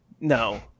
no